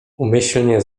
umyślnie